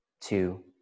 two